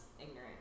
ignorant